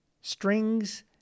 strings